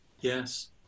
Yes